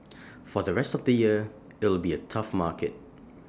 for the rest of the year IT will be A tough market